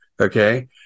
okay